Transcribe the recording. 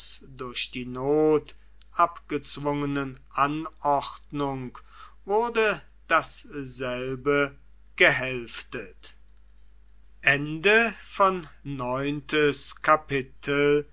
durch die not abgezwungenen anordnung wurde dasselbe gehälftet